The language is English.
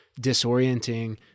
disorienting